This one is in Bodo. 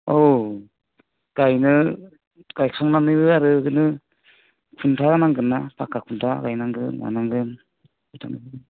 औ गायनो गायखांनानै आरो बिदिनो खुन्था नांगोनना खुन्था गायनांगोन मानांगोन